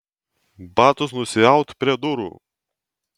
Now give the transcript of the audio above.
batus nusiaut prie durų